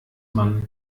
man